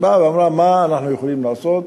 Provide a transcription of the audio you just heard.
אז היא באה ואמרה, מה אנחנו יכולים לעשות,